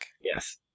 Yes